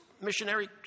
missionary